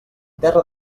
terra